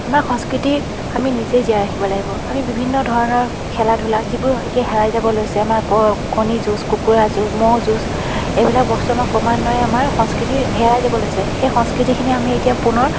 আমাৰ সংস্কৃতি আমি নিজেই জীয়াই ৰাখিব লাগিব আমি বিভিন্ন ধৰণৰ খেলা ধূলা যিবোৰ এতিয়া হেৰাই যাব লৈছে আমাৰ কণী যুঁজ কুকুৰা যুঁজ ম'হ যুঁজ এইবিলাক বস্তু আমাৰ ক্ৰমান্বয়ে আমাৰ সংস্কৃতিৰ হেৰাই যাব লৈছে সেই সংস্কৃতিখিনি আমি এতিয়া পুনৰ